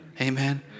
Amen